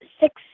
six